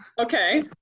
Okay